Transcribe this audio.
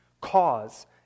cause